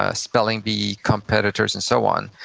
ah spelling bee competitors and so on.